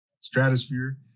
stratosphere